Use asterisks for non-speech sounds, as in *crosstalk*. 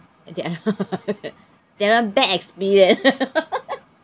*laughs* that [one] bad experience *laughs*